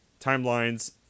timelines